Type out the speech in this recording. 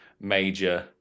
major